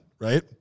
right